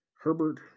Herbert